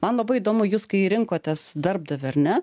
man labai įdomu jus kai rinkotės darbdavio ar ne